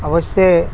অৱশ্য়ে